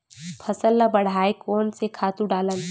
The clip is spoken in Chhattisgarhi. फसल ल बढ़ाय कोन से खातु डालन?